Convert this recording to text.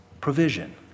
provision